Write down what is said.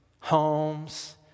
homes